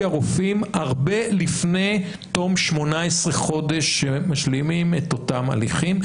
הרופאים הרבה לפני תום 18 חודשים שהם משלימים את אותם הליכים,